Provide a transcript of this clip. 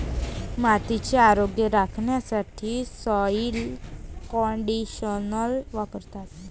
मातीचे आरोग्य राखण्यासाठी सॉइल कंडिशनर वापरतात